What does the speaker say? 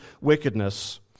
wickedness